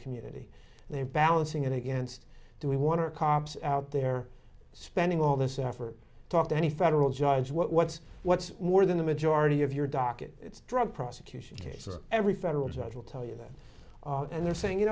community they're balancing it against do we want to cops out there spending all this effort talk to any federal judge what's what's more than the majority of your docket it's drug prosecution cases every federal judge will tell you that and they're saying you